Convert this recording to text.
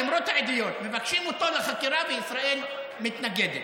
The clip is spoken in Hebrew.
למרות העדויות, מבקשים אותו לחקירה וישראל מתנגדת.